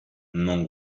non